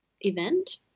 event